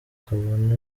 kabone